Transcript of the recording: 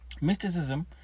Mysticism